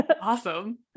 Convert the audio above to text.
Awesome